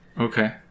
Okay